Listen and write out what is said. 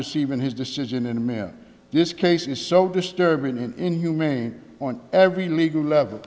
receive in his decision in this case is so disturbing an inhumane on every legal leve